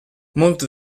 molte